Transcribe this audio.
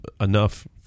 enough